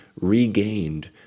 regained